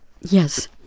Yes